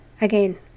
again